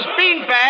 Beanbag